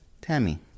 Tammy